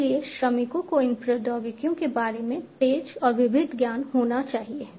इसलिए श्रमिकों को इन प्रौद्योगिकियों के बारे में तेज और विविध ज्ञान होना चाहिए